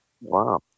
Wow